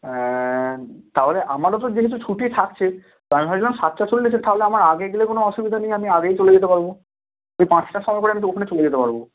হ্যাঁ তাহলে আমারও তো যেহেতু ছুটি থাকছে তো আমি ভাবছিলাম সাতটা চল্লিশে তাহলে আমার আগে গেলে কোনো অসুবিধা নেই আমি আগেই চলে যেতে পারবো যদি পাঁচটার সময় করে তো আমি ওখানে চলে যেতে পারবো